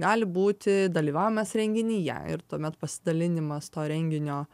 gali būti dalyvavimas renginyje ir tuomet pasidalinimas to renginio